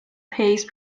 paste